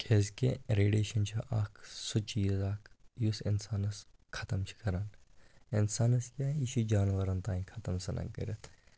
کیٛازِکہِ ریڈیشَن چھُ اکھ سُہ چیٖز اکھ یُس اِنسانَس ختم چھُ کران اِنسانَس کیٛاہ یہِ چھُ جانورَن تام ختم ژھٕنان کٔرِتھ